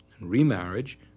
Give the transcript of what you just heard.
remarriage